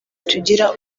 tugira